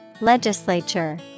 Legislature